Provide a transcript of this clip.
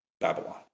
Babylon